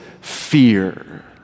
fear